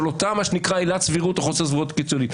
מה שנקרא "עילת הסבירות" או "חוסר הסבירות הקיצוני".